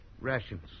Rations